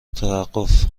توقف